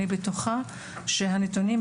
אני בטוחה שהנתונים,